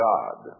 God